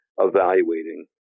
evaluating